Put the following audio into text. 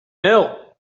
milk